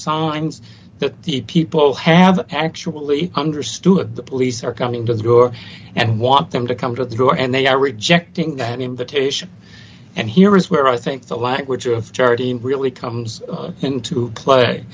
signs that the people have actually understood that police are coming to the door and want them to come to the door and they are rejecting that invitation and here is where i think the language of charity really comes into play